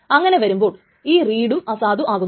അങ്ങനെ വരുമ്പോൾ ഈ റീഡും അസാധു ആകുന്നു